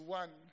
one